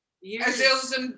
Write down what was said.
years